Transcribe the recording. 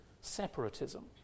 separatism